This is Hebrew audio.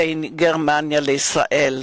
בין גרמניה לישראל.